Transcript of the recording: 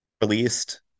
released